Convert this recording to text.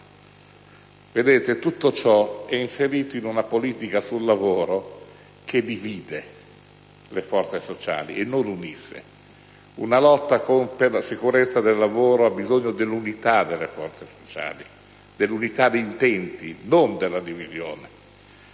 fuoco). Tutto ciò è inserito in una politica sul lavoro che divide le forze sociali, non le unisce. Ma una lotta per la sicurezza sui posti di lavoro ha bisogno dell'unità delle forze sociali, di unità di intenti, non della divisione.